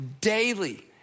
daily